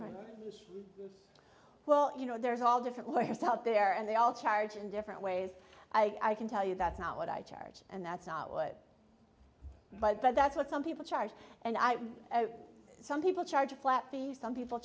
right well you know there's all different lawyers out there and they all charge in different ways i can tell you that's not what i charge and that's not what but that's what some people charge and i some people charge a flat fee some people